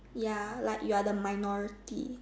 ya like you are the minority